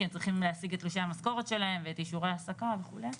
כי הם צריכים להשיג את תלושי המשכורת שלהם ואת אישורי ההעסקה וכולי.